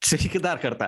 sakykit dar kartą